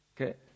Okay